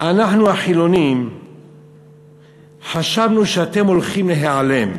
"אנחנו החילונים חשבנו שאתם הולכים להיעלם"